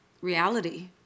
reality